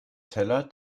teller